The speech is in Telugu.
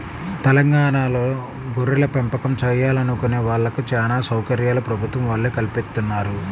తెలంగాణాలో గొర్రెలపెంపకం చేయాలనుకునే వాళ్ళకి చానా సౌకర్యాలు ప్రభుత్వం వాళ్ళే కల్పిత్తన్నారు